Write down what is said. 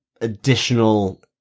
additional